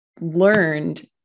learned